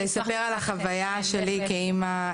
לספר על החוויה שלי כאמא.